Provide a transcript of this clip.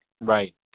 Right